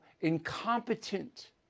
incompetent